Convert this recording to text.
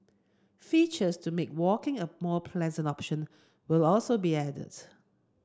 features to make walking a more pleasant option will also be added